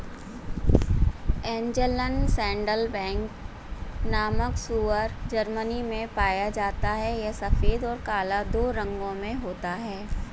Angeln saddleback नामक सूअर Germany में पाया जाता है यह सफेद और काला दो रंगों में होता है